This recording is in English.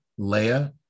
Leia